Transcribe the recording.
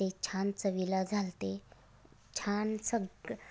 ते छान चवीला झाले होते छान सग